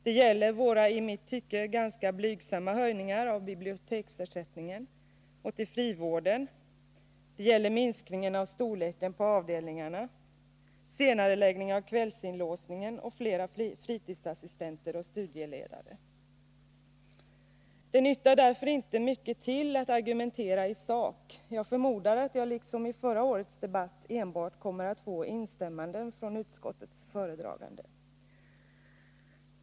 Det gäller våra i mitt tycke ganska blygsamma höjningar av biblioteksersättningen och ersättningen till frivården och det gäller minskning av storleken på avdelningarna, senareläggning av kvällsinlåsningen och ökat antal fritidsassistenter och studieledare. Det nyttar därför inte mycket till att argumentera i sak. Jag förmodar att jag liksom i förra årets debatt enbart kommer att få instämmanden från utskottets föredragande.